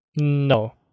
No